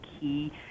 key